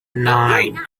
nine